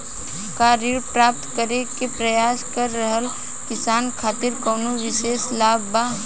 का ऋण प्राप्त करे के प्रयास कर रहल किसान खातिर कउनो विशेष लाभ बा?